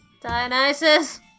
Dionysus